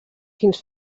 fins